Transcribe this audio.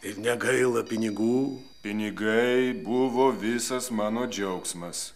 ir negaila pinigų pinigai buvo visas mano džiaugsmas